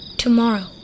tomorrow